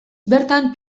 bertan